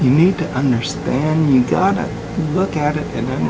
you need to understand you gotta look at it and